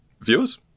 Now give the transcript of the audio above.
viewers